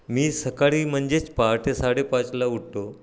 मी सकाळी म्हणजेच पहाटे साडेपाचला उठतो